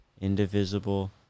indivisible